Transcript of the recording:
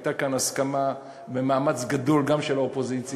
הייתה כאן הסכמה והיה מאמץ גדול גם של האופוזיציה.